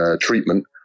treatment